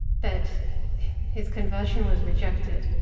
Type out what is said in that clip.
but his conversion was rejected.